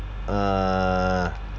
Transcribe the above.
uh